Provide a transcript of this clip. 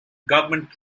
government